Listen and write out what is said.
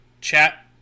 Chat-